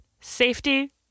safety